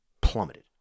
plummeted